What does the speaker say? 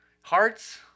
hearts